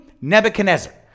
Nebuchadnezzar